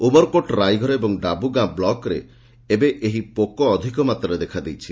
ଉମରକୋଟ ରାଇଘର ଓ ଡାବୁଗାଁ ବ୍ଲକରେ ଏବେ ଏହି ପୋକ ଅଧିକ ମାତ୍ରାରେ ଦେଖାଦେଇଛି